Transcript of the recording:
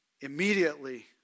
Immediately